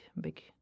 big